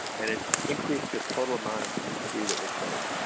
and it increased the total amount of t three that was made.